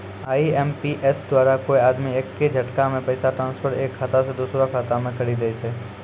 IMPS द्वारा कोय आदमी एक्के झटकामे पैसा ट्रांसफर एक खाता से दुसरो खाता मे करी दै छै